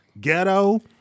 Ghetto